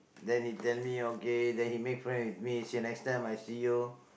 then he tell me okay then he make friend with me say next time I see you